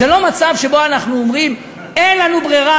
זה לא מצב שבו אנחנו אומרים: אין לנו ברירה,